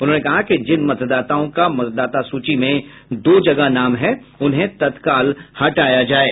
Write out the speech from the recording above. उन्होंने कहा कि जिन मतदाताओं का मतदाता सूची में दो जगह नाम है उन्हें तत्काल हटाया जाये